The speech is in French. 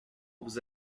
vous